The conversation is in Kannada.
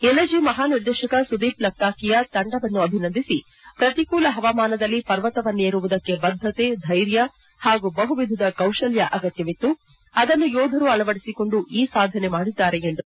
ಎನ್ಎಸ್ಜಿ ಮಹಾನಿರ್ದೇಶಕ ಸುದೀಪ್ ಲಕ್ತಾಕಿಯಾ ತಂಡವನ್ನು ಅಭಿನಂದಿಸಿ ಪ್ರತಿಕೂಲ ಹವಾಮಾನದಲ್ಲಿ ಪರ್ವತವನ್ನೇರುವುದಕ್ಕೆ ಬದ್ದತೆ ಧೈರ್ಯ ಹಾಗೂ ಬಹುವಿಧದ ಕೌಶಲ್ತ ಅಗತ್ವವಿತ್ತು ಆದನ್ನು ಯೋಧರು ಅಳವಡಿಸಿಕೊಂಡು ಈ ಸಾಧನೆ ಮಾಡಿದ್ದಾರೆಂದರು